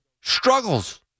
struggles